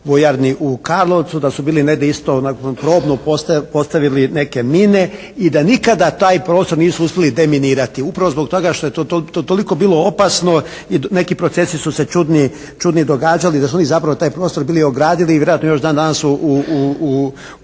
vojarni u Karlovcu da su bili negdje isto na …/Govornik se ne razumije./… postavili neke mine i da nikada taj prostor nisu uspjeli deminirati upravo zbog toga što je to toliko bilo opasno i neki procesi su se čudni događali, da su oni zapravo taj prostor bili ogradili i vjerojatno još dan danas u vojarni